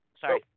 Sorry